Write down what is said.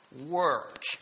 work